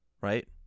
Right